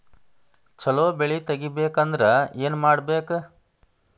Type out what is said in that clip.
ಛಲೋ ಬೆಳಿ ತೆಗೇಬೇಕ ಅಂದ್ರ ಏನು ಮಾಡ್ಬೇಕ್?